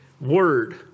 word